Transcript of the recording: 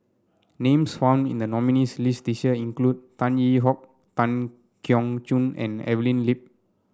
names found in the nominees' list this year include Tan Yee Hong Tan Keong Choon and Evelyn Lip